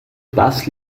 bass